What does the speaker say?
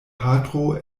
patro